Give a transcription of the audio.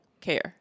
care